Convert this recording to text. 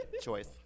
Choice